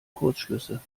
kurzschlüsse